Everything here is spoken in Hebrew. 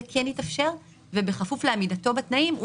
זה כן יתאפשר ובכפוף לעמידתו בתנאים,